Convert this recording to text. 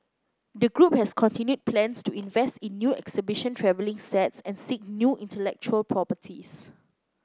the group has continued plans to invest in new exhibition travelling sets and seek new intellectual properties